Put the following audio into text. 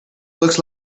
looks